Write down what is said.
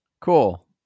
Cool